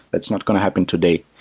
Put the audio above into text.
that's not going to happen today.